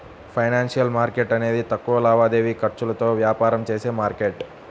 financial market అనేది తక్కువ లావాదేవీ ఖర్చులతో వ్యాపారం చేసే మార్కెట్